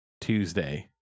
tuesday